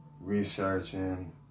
researching